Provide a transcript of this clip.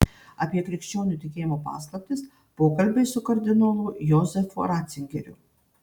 apie krikščionių tikėjimo paslaptis pokalbiai su kardinolu jozefu racingeriu